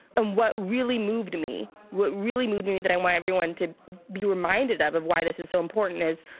and what really moved me, what really moved me that i want everyone to be reminded of, of why this is so important is,